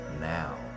now